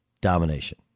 domination